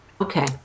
okay